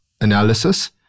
analysis